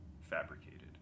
fabricated